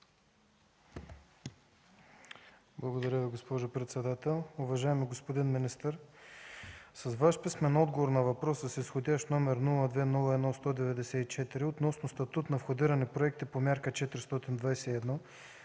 Благодаря Ви, госпожо председател. Уважаеми господин министър, с Ваш писмен отговор на въпрос с изх. № 02-01-194 относно статут на входирани проекти по Мярка 421